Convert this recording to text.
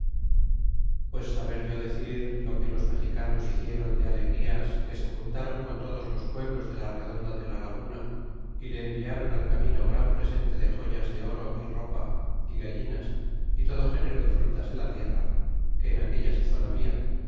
pues saber yo decir lo que los mexicanos hiciéron d e alegrías que se juntaron con todos los pueblos de la redonda fle la laguna y le enviaron al camino gran presente de joyas de oro y ropa galliras y todo género de frutas de la tierra que en aquella sazon